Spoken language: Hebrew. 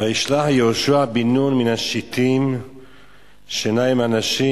"וישלח יהושע בן נון מן השטים שנים אנשים